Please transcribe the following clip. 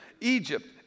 Egypt